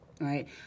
right